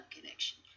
connection